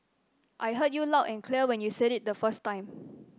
I heard you loud and clear when you said it the first time